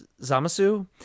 Zamasu